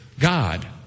God